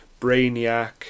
Brainiac